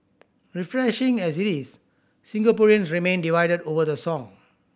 refreshing as it is Singaporeans remain divided over the song